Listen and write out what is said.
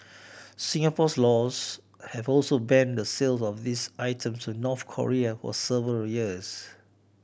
Singapore's laws have also banned the sales of these items to North Korea for several years